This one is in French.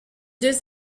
deux